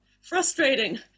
frustrating